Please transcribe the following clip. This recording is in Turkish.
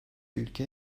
ülke